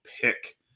pick